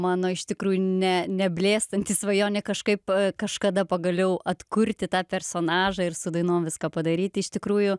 mano iš tikrųjų ne neblėstanti svajonė kažkaip kažkada pagaliau atkurti tą personažą ir su dainom viską padaryti iš tikrųjų